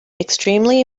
extremely